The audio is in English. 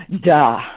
Duh